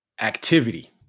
activity